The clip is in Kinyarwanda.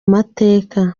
mateka